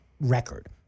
record